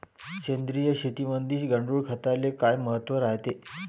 सेंद्रिय शेतीमंदी गांडूळखताले काय महत्त्व रायते?